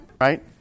Right